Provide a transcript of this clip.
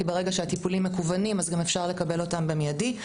כי ברגע שהטיפולים מקוונים אז גם אפשר לקבל אותם במיידי.